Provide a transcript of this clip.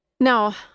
Now